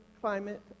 climate